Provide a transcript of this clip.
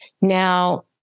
Now